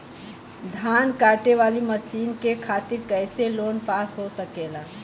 धान कांटेवाली मशीन के खातीर कैसे लोन पास हो सकेला?